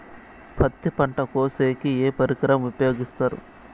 పత్తి పంట కోసేకి ఏ పరికరం ఉపయోగిస్తారు?